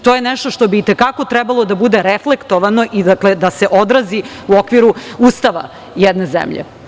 To je nešto što bi i te kako trebalo da bude reflektovano i da se odrazi u okviru Ustava jedne zemlje.